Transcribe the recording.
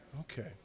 Okay